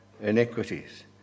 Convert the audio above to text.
iniquities